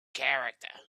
character